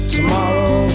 Tomorrow